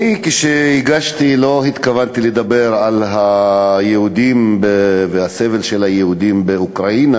כשהגשתי לא התכוונתי לדבר על היהודים והסבל של היהודים באוקראינה,